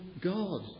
God